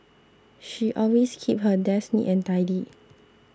she always keeps her desk neat and tidy